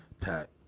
Pat